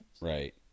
Right